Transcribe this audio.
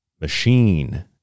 machine